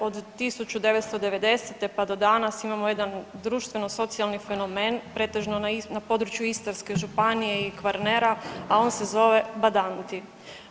Od 1990. pa do danas imamo jedan društveno-socijalni fenomen pretežno na području Istarske županije i Kvarnera, a on se zove badanti.